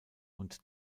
und